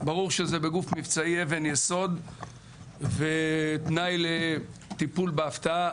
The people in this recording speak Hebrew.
ברור שזה בגוף מבצעי אבן יסוד ותנאי לטיפול בהפתעה.